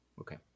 Okay